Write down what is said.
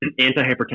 antihypertensive